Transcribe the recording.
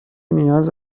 نیاز